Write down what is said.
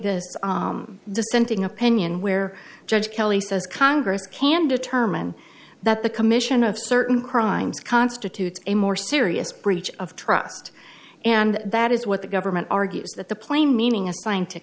the dissenting opinion where judge kelly says congress can determine that the commission of certain crimes constitutes a more serious breach of trust and that is what the government argues that the plain meaning assigned to